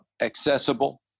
accessible